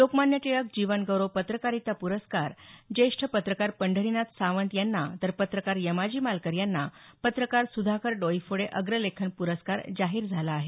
लोकमान्य टिळक जीवनगौरव पत्रकारिता पुरस्कार ज्येष्ठ पत्रकार पंढरीनाथ सावंत यांना तर पत्रकार यमाजी मालकर यांना पत्रकार सुधाकर डोईफोडे अग्रलेखन प्रस्कार जाहीर झाला आहे